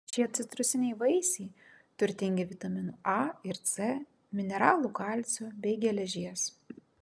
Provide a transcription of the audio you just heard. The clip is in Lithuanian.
šie citrusiniai vaisiai turtingi vitaminų a ir c mineralų kalcio bei geležies